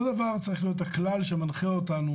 אותו דבר צריך להיות הכלל שמנחה אותנו